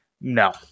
No